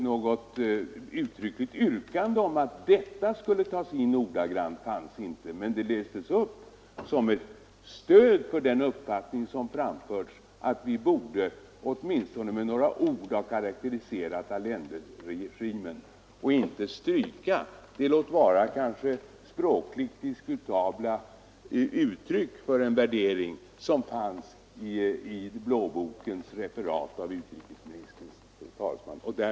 Något uttryckligt yrkande att denna passus skulle tas in ordagrant fanns inte, men den lästes upp som ett stöd för uppfattningen att vi åtminstone med några ord borde karakterisera Allenderegimen i stället för att stryka den låt vara kanske språkligt diskutabla värdering som fanns i blåbokens referat av utrikesministerns tal.